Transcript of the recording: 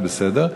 זה בסדר.